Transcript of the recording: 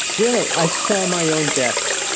well, i saw my own death.